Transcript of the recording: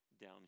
down